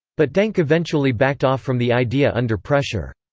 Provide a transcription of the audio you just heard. but denck eventually backed off from the idea under pressure.